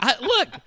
Look